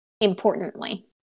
importantly